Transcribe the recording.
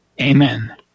Amen